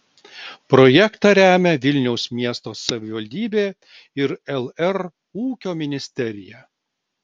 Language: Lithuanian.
projektą remia vilniaus miesto savivaldybe ir lr ūkio ministerija